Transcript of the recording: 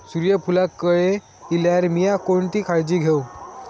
सूर्यफूलाक कळे इल्यार मीया कोणती काळजी घेव?